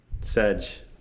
Sedge